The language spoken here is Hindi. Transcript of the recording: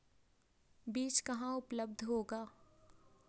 बीज कहाँ उपलब्ध होगा?